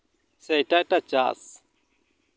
ᱥᱮ ᱮᱴᱟᱜ ᱮᱴᱟᱜ ᱪᱟᱥ